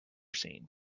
seen